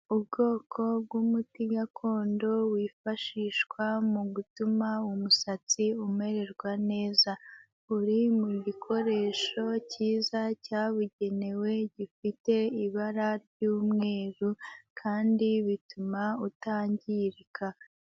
Ubwoko bw'umuti gakondo wifashishwa mu gutuma umusatsi umererwa neza, uri mu gikoresho cyiza cyabugenewe gifite ibara ry'umweru, kandi bituma utangirika.